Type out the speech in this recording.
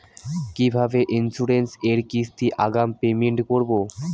কিভাবে ইন্সুরেন্স এর কিস্তি আগাম পেমেন্ট করবো?